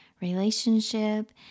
relationship